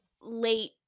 late